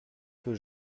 peu